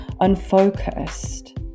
unfocused